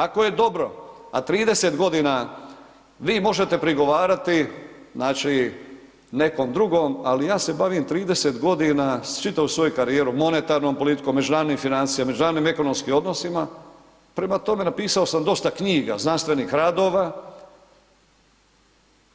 Ako je dobro, a 30 godina vi možete prigovarati znači nekom drugom, ali ja se bavim 30 godina, čitavu svoju karijeru, monetarnom politikom, međunarodnim financijama, međunarodnim ekonomskim odnosima, prema tome napisao sam dosta knjiga, znanstvenih radova,